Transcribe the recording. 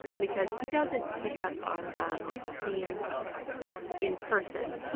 because he doesn't pick up on um scenes in person,